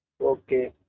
Okay